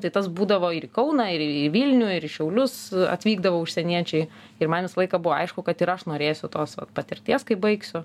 tai tas būdavo ir į kauną ir į vilnių ir į šiaulius atvykdavo užsieniečiai ir man visą laiką buvo aišku kad ir aš norėsiu tos patirties kai baigsiu